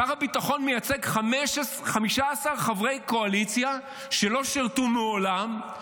שר הביטחון מייצג 15 חברי קואליציה שלא שירתו מעולם.